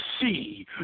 see